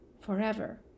forever